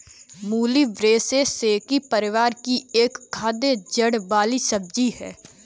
मूली ब्रैसिसेकी परिवार की एक खाद्य जड़ वाली सब्जी है